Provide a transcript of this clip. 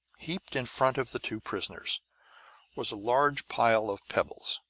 heaped in front of the two prisoners was a large pile of pebbles.